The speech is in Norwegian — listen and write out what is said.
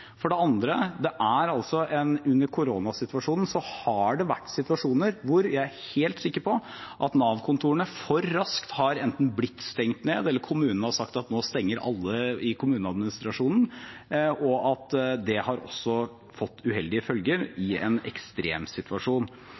For det andre: I koronasituasjonen har det vært situasjoner der jeg er helt sikker på at Nav-kontorene for raskt har blitt stengt ned, eller at kommunene har sagt at nå stenger alle i kommuneadministrasjonen, og at det har fått uheldige følger i en ekstremsituasjon.